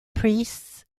priests